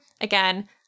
again